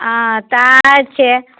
ओ तऽ अच्छे